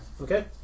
Okay